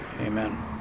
amen